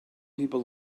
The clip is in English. people